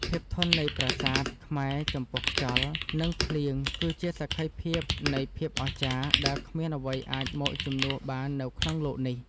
ភាពធន់នៃប្រាសាទខ្មែរចំពោះខ្យល់ និង ភ្លៀងគឺជាសក្ខីភាពនៃភាពអស្ចារ្យដែលគ្មានអ្វីអាចមកជំនួសបាននៅក្នុងលោកនេះ។